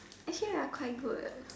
actually we're quite good